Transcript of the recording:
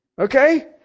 Okay